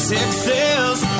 Texas